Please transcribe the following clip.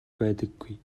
байдаггүй